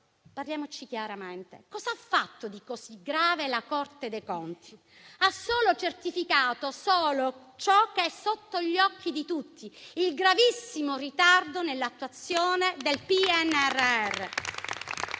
Parliamoci chiaramente: cosa ha fatto di così grave la Corte dei conti? Ha solo certificato ciò che è sotto gli occhi di tutti, ossia il gravissimo ritardo nell'attuazione del PNRR.